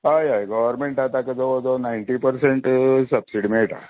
हय हय गोव्हरमेंटा ताका जवळ जवळ नायन्टी पर्सेंट सब्सिडी मेळटा